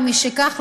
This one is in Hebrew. ומשכך,